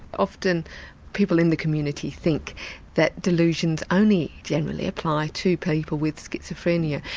often people in the community think that delusions only generally apply to people with schizophrenia.